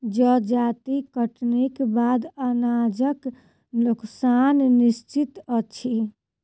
जजाति कटनीक बाद अनाजक नोकसान निश्चित अछि